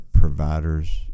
providers